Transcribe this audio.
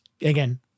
Again